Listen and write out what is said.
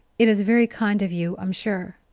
it is very kind of you, i'm sure.